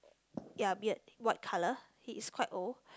ya beard what colour he is quite old